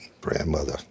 grandmother